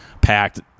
packed